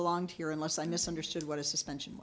belonged here unless i misunderstood what a suspension